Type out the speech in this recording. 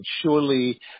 surely